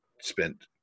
spent